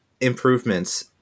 improvements